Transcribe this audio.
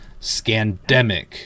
scandemic